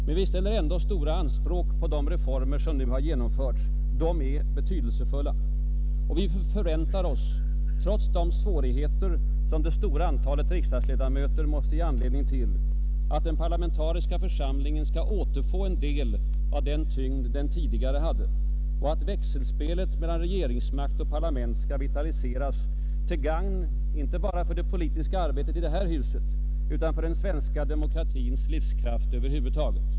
Men vi ställer ändå stora anspråk på de reformer som nu har genomförts; de är betydelsefulla. Vi förväntar oss, trots de svårigheter som det stora antalet riksdagsledamöter måste ge anledning till, att den parlamentariska församlingen skall återfå en del av den tyngd den tidigare hade och att växelspelet mellan regeringsmakt och parlament skall vitaliseras till gagn inte bara för det politiska arbetet inom detta hus utan för den svenska demokratins livskraft över huvud taget.